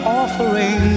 offering